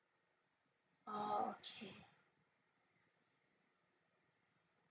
oh okay